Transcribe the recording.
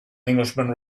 englishman